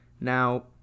Now